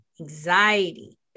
anxiety